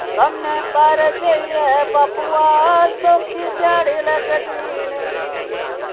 कम्में पर जाइयै बाप्पू आ सौखी धैड़ी लगदी नेईं